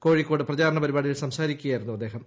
കോഴിക്കോട് പ്രചാരണ പരിപാടിയിൽ സംസാരിക്കുകയായിരുന്നു അദ്ദേഹം